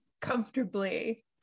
comfortably